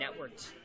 networked